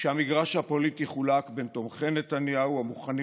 כשהמגרש הפוליטי חולק בין תומכי נתניהו המוכנים